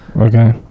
Okay